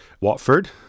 Watford